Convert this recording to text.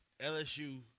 LSU